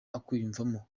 akwiyumvamo